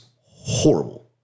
horrible